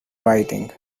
writing